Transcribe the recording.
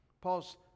Paul's